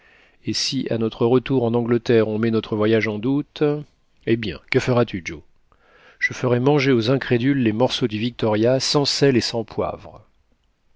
et si à notre retour en angleterre on met notre voyage en doute eh bien que feras-tu joe je ferai manger aux incrédules les morceaux du victoria sans sel et sans poivre